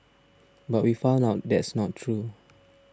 but we found out that's not true